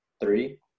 three